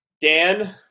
Dan